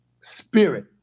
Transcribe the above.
spirit